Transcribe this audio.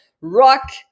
Rock